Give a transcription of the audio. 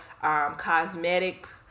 Cosmetics